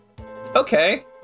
Okay